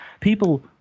people